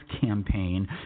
campaign